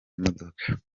imodoka